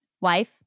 Wife